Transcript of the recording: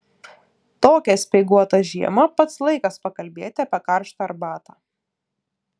tokią speiguotą žiemą pats laikas pakalbėti apie karštą arbatą